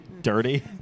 Dirty